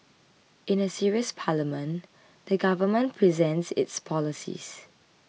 in a serious parliament the Government presents its policies